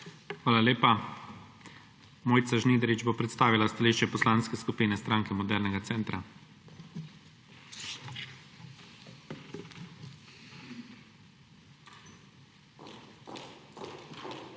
Hvala lepa. Mojca Žnidarič bo predstavila stališče Poslanske skupine Stranke modernega centra. **MOJCA